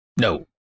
no